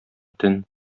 төн